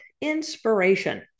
inspiration